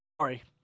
sorry